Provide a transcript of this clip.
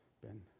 Ben